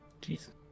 Jesus